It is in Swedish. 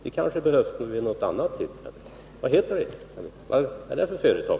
De kanske behövs vid något annat tillfälle. Vad heter de? Vad är det för företag?